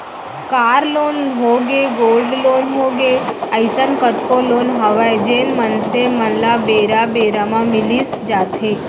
car loan होगे, gold loan होगे, अइसन कतको लोन हवय जेन मनसे मन ल बेरा बेरा म मिलीच जाथे